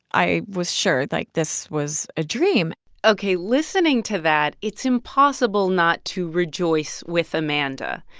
i was sure, like, this was a dream ok. listening to that, it's impossible not to rejoice with amanda.